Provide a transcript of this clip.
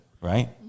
Right